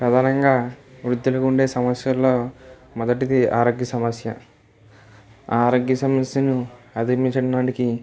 సాధారణంగా వృద్ధులు ఉండే సమస్యలో మొదటిది ఆరోగ్య సమస్య ఆ ఆరోగ్య సమస్యను అధిగమించడానికి